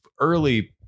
early